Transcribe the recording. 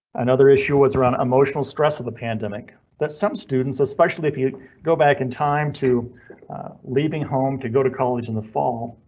another issue was around emotional stress of the pandemic that some students, especially if you go back in time to leaving home to go to college in the fall.